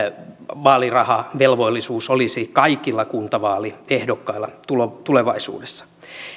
vaalirahavelvollisuus olisi kaikilla kuntavaaliehdokkailla tulevaisuudessa